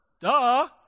Duh